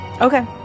Okay